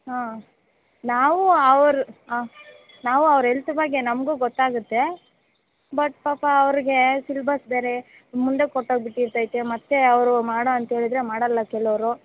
ಹಾಂ ನಾವು ಅವರ ನಾವು ಅವ್ರ ಎಲ್ತ್ ಬಗ್ಗೆ ನಮಗೂ ಗೊತ್ತಾಗುತ್ತೆ ಬಟ್ ಪಾಪ ಅವ್ರಿಗೆ ಸಿಲ್ಬಸ್ ಬೇರೆ ಮುಂದಕ್ಕೆ ಹೊಟ್ಟೋಗಿ ಬಿಟ್ಟಿರ್ತೈತೆ ಮತ್ತು ಅವರು ಮಾಡು ಅಂತ ಹೇಳಿದರೆ ಮಾಡೋಲ್ಲ ಕೆಲವರು